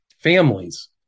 families